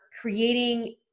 creating